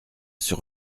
sur